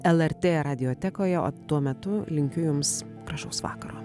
lrt radiotekoje o tuo metu linkiu jums gražaus vakaro